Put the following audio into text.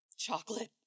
Chocolate